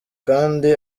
kandi